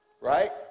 right